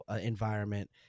environment –